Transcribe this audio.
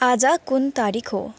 आज कुन तारिक हो